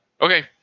Okay